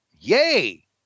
yay